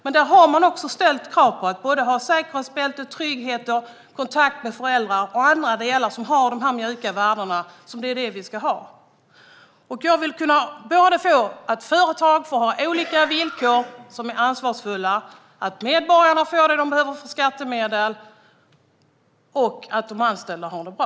Men där har man också ställt krav på säkerhetsbälten, trygghet, kontakt med föräldrar och andra delar som innehåller de mjuka värden som vi ska ha. Jag vill att företag ska kunna ha olika villkor som är ansvarsfulla, att medborgarna får det de behöver för skattemedlen och att de anställda har det bra.